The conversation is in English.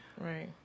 right